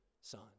son